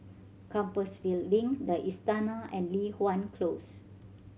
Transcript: Compassvale Link The Istana and Li Hwan Close